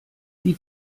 die